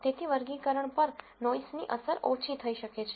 તેથી વર્ગીકરણ પર નોઈસની અસર ઓછી થઈ શકે છે